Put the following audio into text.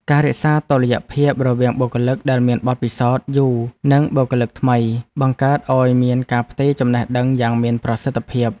ការរក្សាតុល្យភាពរវាងបុគ្គលិកដែលមានបទពិសោធន៍យូរនិងបុគ្គលិកថ្មី បង្កើតឱ្យមានការផ្ទេរចំណេះដឹងយ៉ាងមានប្រសិទ្ធភាព។